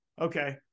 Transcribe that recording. Okay